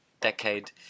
decade